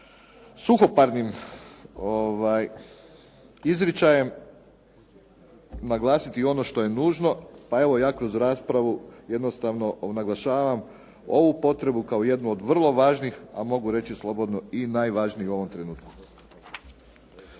suhoparnim izričajem naglasiti ono što je nužno, pa evo ja kroz raspravu jednostavno naglašavam ovu potrebu kao jednu od vrlo važnih, a mogu reći slobodno i najvažnijih u ovom trenutku.